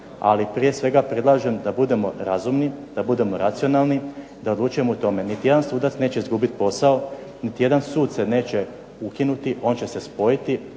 ali prije svega predlažem da budemo razumni, da budemo racionalni, da odlučujemo o tome. Niti jedan sudac neće izgubit posao, niti jedan sud se neće ukinuti, on će se spojiti.